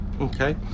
Okay